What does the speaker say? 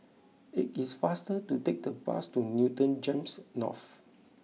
it is faster to take the bus to Newton Gems North